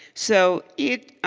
so it